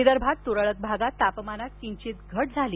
विदर्भात तुरळक आगात तापमानात किंचित घट झाली